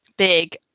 big